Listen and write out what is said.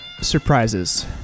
Surprises